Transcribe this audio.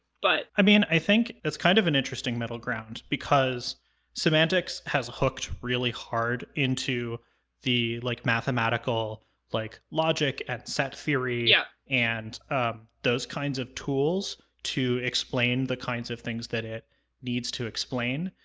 but. eli i mean, i think it's kind of an interesting middle ground, because semantics has hooked really hard into the, like, mathematical like logic and set theory yeah and those kinds of tools to explain the kinds of things that it needs to explain,